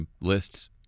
lists